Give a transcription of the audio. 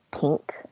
pink